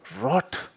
Rot